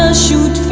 ah shoots